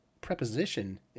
preposition